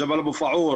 ג'בל אבו פאעור,